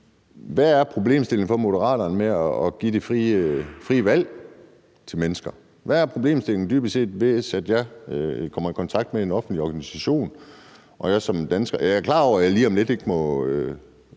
hvad er problemstillingen for Moderaterne i forhold til at give det frie valg til mennesker? Hvad er problemstillingen dybest set ved, at jeg, hvis jeg kommer i kontakt med en offentlig institution – jeg er klar over, at jeg lige om lidt ikke må